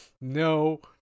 no